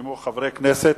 נרשמו חברי כנסת.